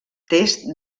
test